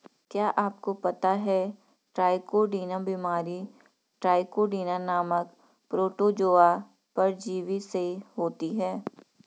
क्या आपको पता है ट्राइकोडीना बीमारी ट्राइकोडीना नामक प्रोटोजोआ परजीवी से होती है?